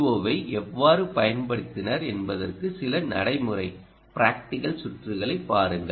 ஓவை எவ்வாறு பயன்படுத்தினர் என்பதற்கு சில நடைமுறை சுற்றுகளைப் பாருங்கள்